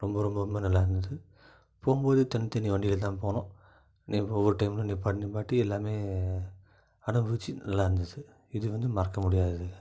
ரொம்ப ரொம்ப ரொம்ப நல்லாயிருந்தது போகும்போதே தனி தனி வண்டியில் தான் போனோம் நிவோ ஒவ்வொரு டைம்லையும் நிற்பாட்டி நிற்பாட்டி எல்லாமே அனுபவிச்சு நல்லாயிருந்துச்சி இது வந்து மறக்க முடியாதது